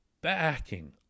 backing